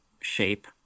shape